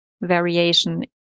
variation